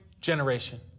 generation